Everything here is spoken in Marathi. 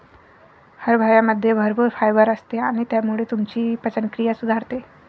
हरभऱ्यामध्ये भरपूर फायबर असते आणि त्यामुळे तुमची पचनक्रिया सुधारते